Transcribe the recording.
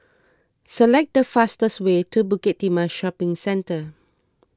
select the fastest way to Bukit Timah Shopping Centre